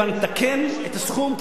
שבא לתקן את הסכום,